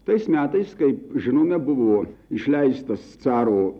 tais metais kaip žinome buvo išleistas caro